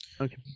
okay